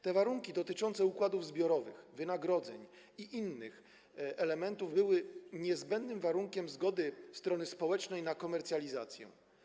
Te warunki dotyczące układów zbiorowych, wynagrodzeń i innych elementów były niezbędnym warunkiem zgody strony społecznej na komercjalizację.